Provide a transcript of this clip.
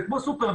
זה כמו סופרמן,